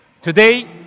Today